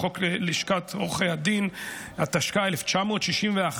לחוק לשכת עורכי הדין, התשכ"א 1961,